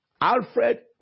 Alfred